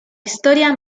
historia